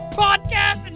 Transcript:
podcast